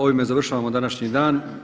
Ovime završavamo današnji dan.